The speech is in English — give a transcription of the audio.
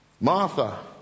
Martha